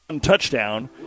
touchdown